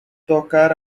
tocar